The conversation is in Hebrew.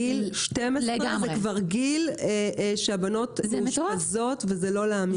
גיל 12 זה כבר גיל שבנות מאושפזות וזה לא להאמין.